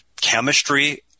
chemistry